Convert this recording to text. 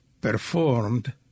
performed